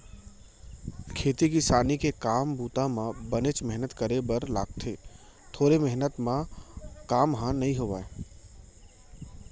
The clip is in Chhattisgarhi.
खेती किसानी के काम बूता म बनेच मेहनत करे बर लागथे थोरे मेहनत म काम ह नइ होवय